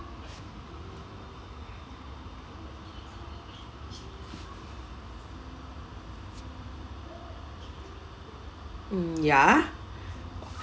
mm ya